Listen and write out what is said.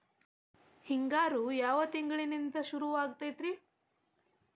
ಹಿಂಗಾರು ಯಾವ ತಿಂಗಳಿನಿಂದ ಶುರುವಾಗತೈತಿ?